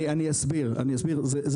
אני אסביר, אני